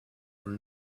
were